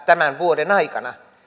tämän vuoden aikana